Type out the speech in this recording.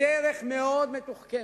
בדרך מאוד מתוחכמת,